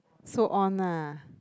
so on ah